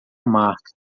marca